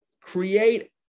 create